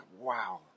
Wow